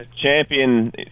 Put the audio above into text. champion